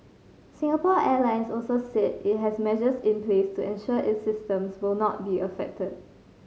Singapore Airlines also said it has measures in place to ensure its systems will not be affected